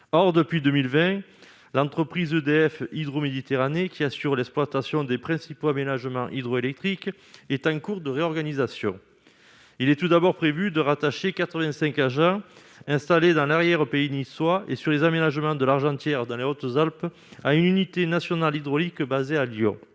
or depuis 2020, l'entreprise EDF Hydro-Méditerranée qui assure l'exploitation des principaux aménagements hydroélectriques est en cours de réorganisation, il est tout d'abord prévu de rattacher 85 agents installé dans l'arrière-pays niçois et sur les aménagements de l'Argentière dans Hautes-Alpes à une unité nationale hydraulique, basé à Lyon,